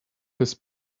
his